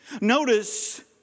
Notice